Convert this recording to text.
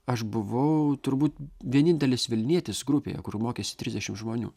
aš buvau turbūt vienintelis vilnietis grupėje kur mokėsi trisdešimt žmonių